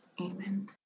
Amen